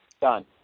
Done